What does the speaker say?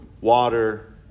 water